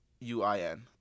U-I-N